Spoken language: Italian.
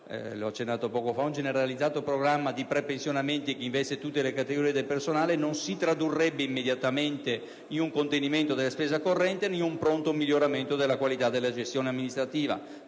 un generalizzato programma di prepensionamenti che investa tutte le categorie del personale non si tradurrebbe immediatamente in un contenimento della spesa corrente, né in un pronto miglioramento della qualità della gestione amministrativa.